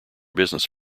business